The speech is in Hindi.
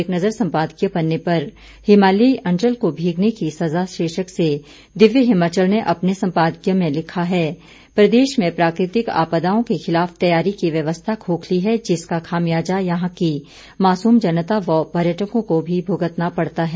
एक नज़र सम्पादकीय पन्ने पर हिमालयी अंचल को भीगने की सजा शीर्षक से दिव्य हिमाचल ने अपने संपादकीय में लिखा है कि प्रदेश में प्राकृतिक आपदाओं के खिलाफ तैयारी की व्यवस्था खोखली है जिसका खामियाजा यहां की मासूम जनता व पर्यटकों को भुगतना पड़ता है